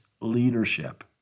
leadership